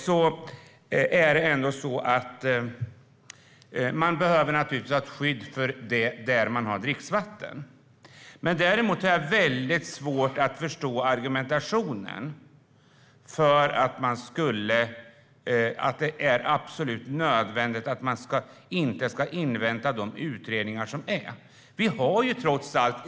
Hur som helst behöver man naturligtvis skydda dricksvattentäkterna. Däremot har jag väldigt svårt att förstå argumentationen om att det skulle vara absolut nödvändigt att inte invänta de utredningar som görs.